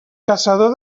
caçador